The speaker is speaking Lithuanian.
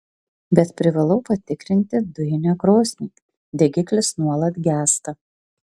bet privalau patikrinti dujinę krosnį degiklis nuolat gęsta